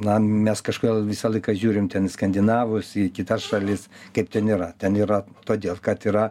na mes kažkodėl visą laiką žiūrim ten į skandinavus į kitas šalis kaip ten yra ten yra todėl kad yra